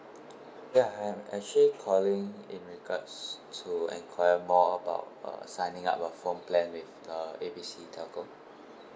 ya I'm actually calling in regards to enquire more about uh signing up a phone plan with the A B C telco